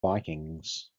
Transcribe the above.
vikings